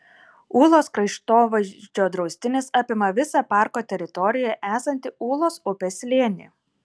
ūlos kraštovaizdžio draustinis apima visą parko teritorijoje esantį ūlos upės slėnį